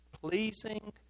pleasing